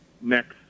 next